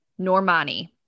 Normani